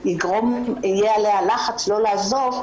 ויהיה עליה לחץ לא לעזוב,